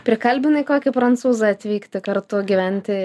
prikalbinai kokį prancūzą atvykti kartu gyventi